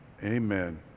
Amen